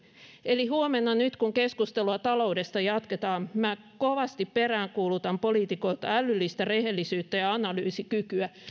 eli kun huomenna keskustelua taloudesta jatketaan minä kovasti peräänkuulutan poliitikoilta älyllistä rehellisyyttä ja analysointikykyä